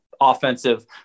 offensive